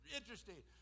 interesting